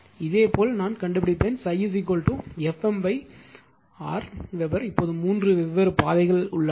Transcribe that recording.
இதேபோல் கண்டுபிடிப்பேன் ∅ F m R weber இப்போது மூன்று வெவ்வேறு பாதைகள் உள்ளன